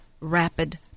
rapid